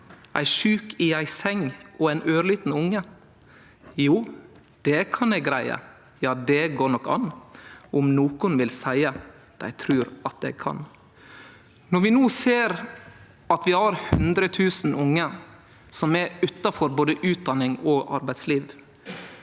ein sjuk i ei seng og ein ørliten unge … Jau, det kan eg greie, jau, det går nok an. Om nokon vil seie dei trur at eg kan!» Når vi no ser at vi har 100 000 unge som er utanfor både utdanning og arbeidsliv,